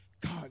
God